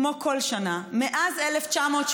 כמו כל שנה מאז 1989,